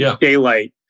daylight